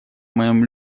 моим